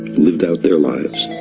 lived out their lives.